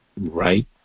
right